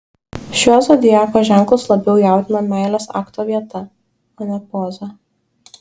šiuos zodiako ženklus labiau jaudina meilės akto vieta o ne poza